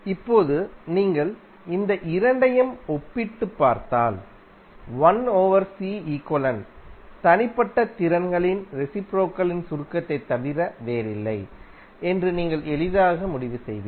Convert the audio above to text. இப்போது நீங்கள் இந்த இரண்டையும் ஒப்பிட்டுப் பார்த்தால் தனிப்பட்ட திறன்களின் ரெசிப்ரோகல் இன் சுருக்கத்தைத் தவிர வேறில்லைஎன்று நீங்கள் எளிதாக முடிவு செய்வீர்கள்